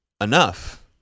enough